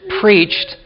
preached